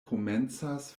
komencas